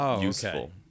useful